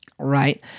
right